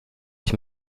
ich